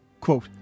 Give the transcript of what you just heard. Quote